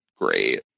great